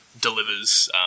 delivers